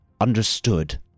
understood